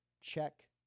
check